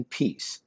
peace